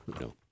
No